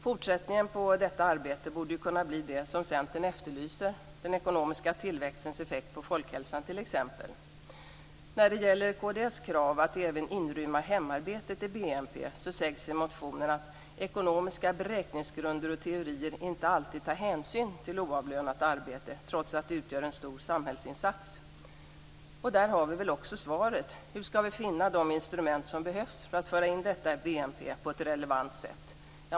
Fortsättningen på detta arbete borde kunna bli det som Centern efterlyser, t.ex. den ekonomiska tillväxtens effekter på folkhälsan. När det gäller kd:s krav att även inrymma hemarbetet i BNP sägs i motionen att ekonomiska beräkningsgrunder och teorier inte alltid tar hänsyn till oavlönat arbete, trots att det utgör en stor samhällsinsats. Frågan är hur vi skall finna de instrument som behövs för att föra in detta i BNP på ett relevant sätt.